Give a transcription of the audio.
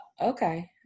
Okay